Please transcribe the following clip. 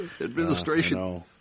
Administration